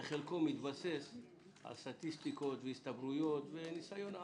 בחלקו מתבסס על סטטיסטיקות, וניסיון העבר.